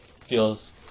feels